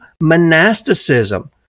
monasticism